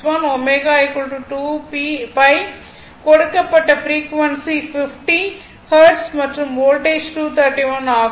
61 ω 2 pi கொடுக்கப்பட்ட frequency 50 hertz மற்றும் voltage 231 ஆகும்